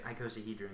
icosahedron